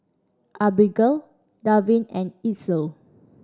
Abigale Davin and Itzel